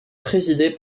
présidé